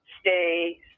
stay